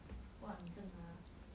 !wah! 你真的 ah